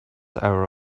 hour